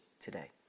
today